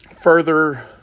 further